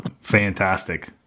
fantastic